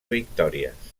victòries